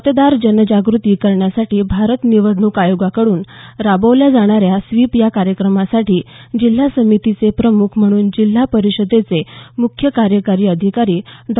मतदार जनजागृती करण्यासाठी भारत निवडणूक आयोगाकडून राबवल्या जाणाऱ्या स्वीप या कार्यक्रमासाठी जिल्हा समितीचे प्रमुख म्हणून जिल्हा परिषदेचे मुख्य कार्यकारी अधिकारी डॉ